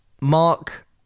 Mark